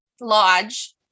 lodge